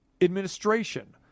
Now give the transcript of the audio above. administration